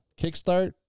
kickstart